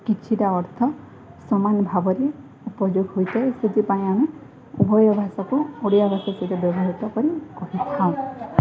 କିଛିଟା ଅର୍ଥ ସମାନ ଭାବରେ ଉପଯୋଗ ହୋଇଥାଏ ସେଥିପାଇଁ ଆମେ ଉଭୟ ଭାଷାକୁ ଓଡ଼ିଆ ଭାଷା ସହିତ ବ୍ୟବହୃତ କରି କରିଥାଉ